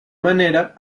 manera